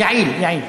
יעיל, יעיל.